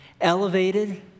elevated